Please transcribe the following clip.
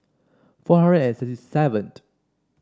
four hundred and sixty seventh